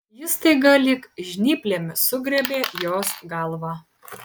jis staiga lyg žnyplėmis sugriebė jos galvą